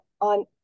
on